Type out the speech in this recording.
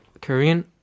Korean